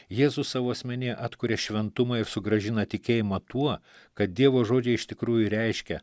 jėzus savo asmenyje atkuria šventumą ir sugrąžina tikėjimą tuo ką dievo žodžiai iš tikrųjų reiškia